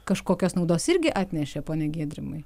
kažkokios naudos irgi atnešė pone giedrimai